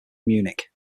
munich